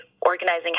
organizing